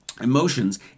emotions